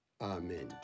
Amen